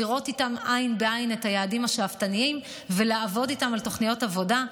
לראות איתן עין בעין את היעדים השאפתניים ולעבוד איתן על תוכניות עבודה.